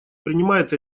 принимает